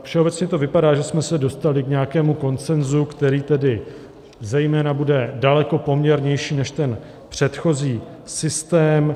Všeobecně to vypadá, že jsme se dostali k nějakému konsenzu, který bude zejména daleko poměrnější než ten předchozí systém.